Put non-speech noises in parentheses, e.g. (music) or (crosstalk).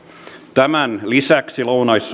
tämän lisäksi lounais (unintelligible)